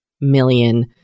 million